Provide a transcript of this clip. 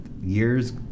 years